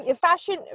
fashion